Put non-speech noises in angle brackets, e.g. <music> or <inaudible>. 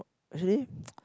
actually <noise>